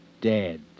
dead